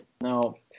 No